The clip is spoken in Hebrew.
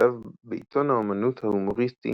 כתב בעיתון האמנות ההומוריסטי